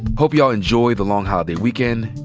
hope y'all enjoy the long holiday weekend.